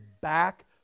back